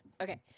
Okay